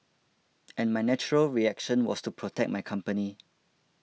and my natural reaction was to protect my company